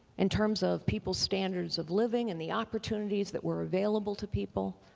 in terms of people's standards of living and the opportunities that were available to people.